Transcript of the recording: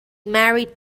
married